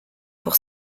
pour